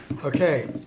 Okay